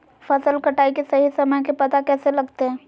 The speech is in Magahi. फसल कटाई के सही समय के पता कैसे लगते?